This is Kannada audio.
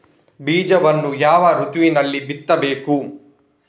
ಬೀಜವನ್ನು ಯಾವ ಋತುವಿನಲ್ಲಿ ಬಿತ್ತಬೇಕು?